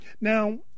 Now